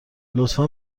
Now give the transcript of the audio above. لطفا